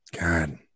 God